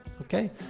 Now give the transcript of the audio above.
Okay